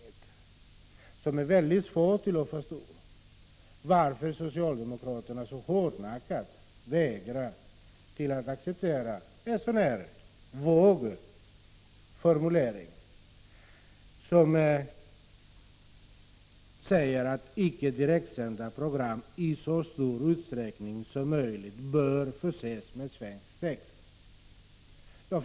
Det är nämligen mycket svårt att förstå varför socialdemokraterna så hårdnackat vägrar acceptera den vaga formuleringen — dvs. att icke direktsända program i så stor utsträckning som möjligt bör förses med svensk text.